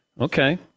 Okay